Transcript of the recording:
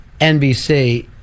NBC